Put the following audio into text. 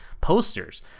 posters